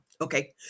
Okay